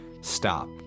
stop